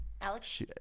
Alex